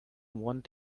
want